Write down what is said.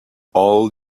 all